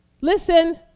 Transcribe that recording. listen